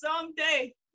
someday